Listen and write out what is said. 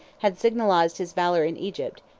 had signalized his valor in egypt,